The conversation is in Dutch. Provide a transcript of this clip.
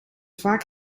vaak